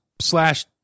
slash